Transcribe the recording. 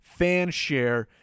Fanshare